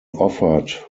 offered